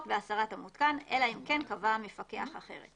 בהסרת המותקן אלא אם כן קבע המפקח אחרת